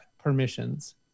permissions